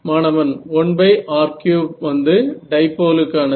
மாணவன் 1r3 வந்து டைபோலுக்கானது